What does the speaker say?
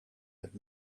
had